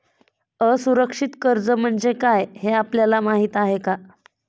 असुरक्षित कर्ज म्हणजे काय हे आपल्याला माहिती आहे का?